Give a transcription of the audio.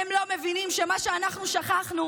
הם לא מבינים שמה שאנחנו שכחנו,